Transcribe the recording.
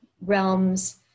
realms